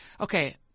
Okay